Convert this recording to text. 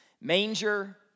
manger